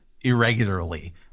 irregularly